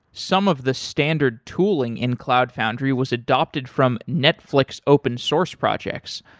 some of the standard tooling in cloud foundry was adopted from netflix open-source projects,